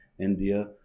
India